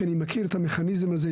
שאני מכיר את המכניזם הזה,